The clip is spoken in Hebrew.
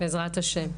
בעזרת השם.